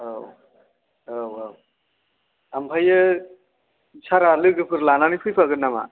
औ औ औ ओमफ्राय सारआ लोगोफोर लानानै फैफागोन नामा